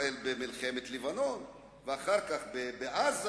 במלחמת לבנון ואחר כך בעזה.